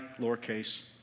lowercase